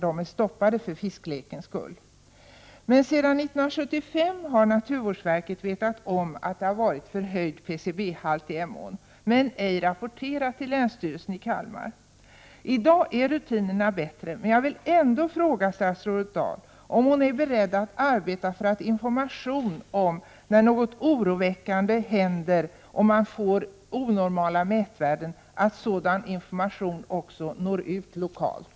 De är stoppade för fisklekens skull. Sedan 1975 har naturvårdsverket vetat om att det är förhöjd PCB-halt i Emån men inte rapporterat detta till länsstyrelsen i Kalmar. I dag är rutinerna bättre, men jag vill ändå fråga statsrådet Dahl om hon är beredd att arbeta för att information om när något oroväckande händer — om man t.ex. får onormala mätvärden — når ut lokalt.